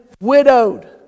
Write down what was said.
Widowed